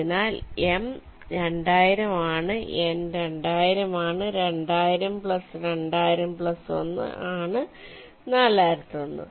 അതിനാൽ എം 2000 ആണ് എൻ 2000 ആണ് 200020001 ആണ് 4001